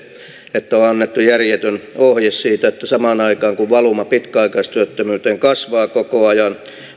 että on annettu järjetön ohje siitä että samaan aikaan kun valuma pitkäaikaistyöttömyyteen kasvaa koko ajan